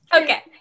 Okay